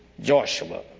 Joshua